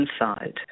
inside